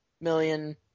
million